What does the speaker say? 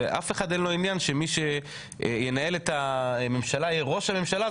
ואף אחד אין לו עניין שמי שינהל את הממשלה יהיה ראש הממשלה,